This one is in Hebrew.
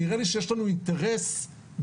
נראה לי שיש לנו אינטרס גבוה,